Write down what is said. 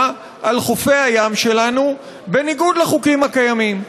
על חופי הים שלנו בניגוד לחוקים הקיימים,